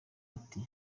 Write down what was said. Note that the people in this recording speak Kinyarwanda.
ati